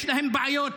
יש להם בעיות,